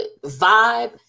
vibe